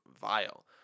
vile